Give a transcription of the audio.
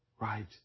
right